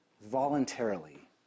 voluntarily